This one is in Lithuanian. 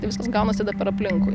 tai viskas gaunasi dabar aplinkui